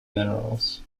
minerals